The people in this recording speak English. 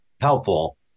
helpful